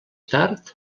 tard